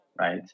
right